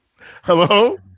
Hello